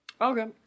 Okay